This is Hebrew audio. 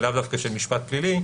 ולאו דווקא של משפט פלילי.